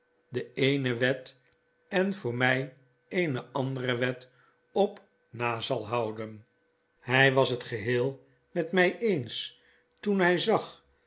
de eene wet en voor mij eene andere wet op na zal houden hy was het geheel met my eens toen hij zag